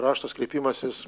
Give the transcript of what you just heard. raštas kreipimasis